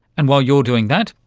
and while you're doing that,